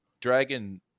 Dragon